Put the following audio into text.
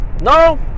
No